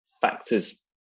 factors